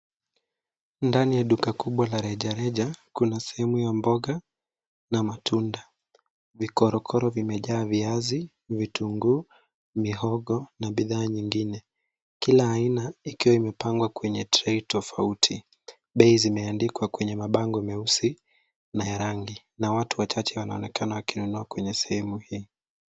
Ndani ya duka kubwa la rejareja, kuna sehemu ya mboga na matunda. Vikorokoro vimejaa viazi, vitunguu, mihogo na bidhaa nyingine. Kila aina ikiwa imepangwa kwenye trei tofauti. Bei zimeandikwa kwenye mabango nyeusi na ya rangi na watu wachache wanaonekana kununua kwenye sehemu hii.